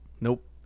nope